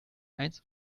eins